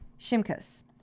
Shimkus